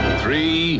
three